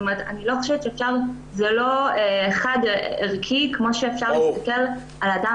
זה לא חד-ערכי כמו שאפשר להסתכל על אדם